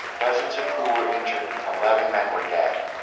dozens of crew were injured and eleven men were dead.